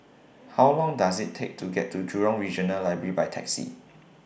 How Long Does IT Take to get to Jurong Regional Library By Taxi